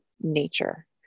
nature